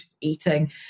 eating